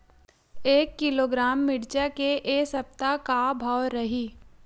एक किलोग्राम मिरचा के ए सप्ता का भाव रहि?